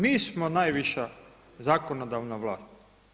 Mi smo najviša zakonodavna vlast.